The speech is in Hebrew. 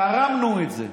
"תרמנו את זה".